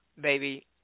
baby